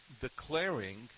declaring